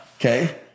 Okay